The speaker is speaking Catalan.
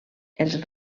els